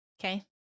Okay